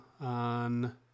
on